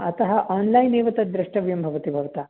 अतः आन्लैन् एव तद्द्रष्टव्यं भवति भवता